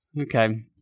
okay